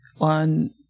on